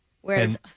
whereas